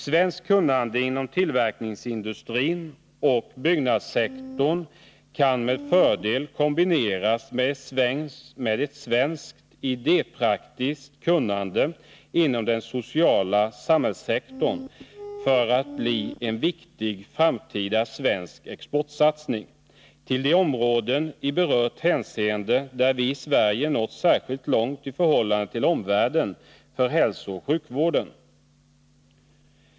Svenskt kunnande inom tillverkningsindustri och byggnadssektor kan med fördel kombineras med svenskt idépraktiskt kunnande inom den sociala samhällssektorn för att bli en viktig framtida svensk exportsatsning. Till de områden i berört hänseende där vi i Sverige nått särskilt långt i förhållande till omvärlden hör hälsooch sjukvården.